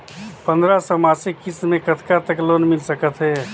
पंद्रह सौ मासिक किस्त मे कतका तक लोन मिल सकत हे?